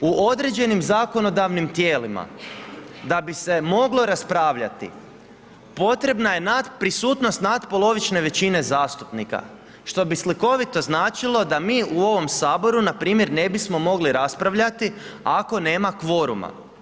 U određenim zakonodavnim tijelima da bi se moglo raspravljati potrebna je prisutnost natpolovične većine zastupnika što bi slikovito značilo da mi u ovom Saboru npr. ne bismo mogli raspravljati ako nema kvoruma.